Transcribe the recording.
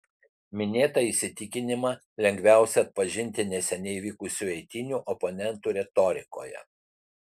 minėtą įsitikinimą lengviausia atpažinti neseniai vykusių eitynių oponentų retorikoje